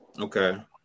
okay